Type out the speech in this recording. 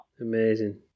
Amazing